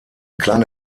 kleine